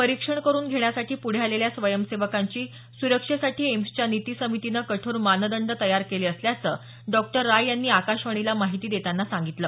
परीक्षण करून घेण्यासाठी पुढे आलेल्या स्वयंसेवकांची सुरक्षेसाठी एम्सच्या नीति समितीनं कठोर मानदंड तयार केले असल्याचं डॉक्टर राय यांनी आकाशवाणीला माहिती देतांना सांगितलं